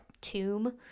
tomb